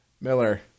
Miller